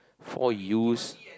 four years